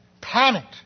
panicked